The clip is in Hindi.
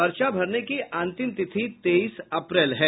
पर्चा भरने की अंतिम तिथि तेईस अप्रैल है